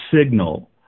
signal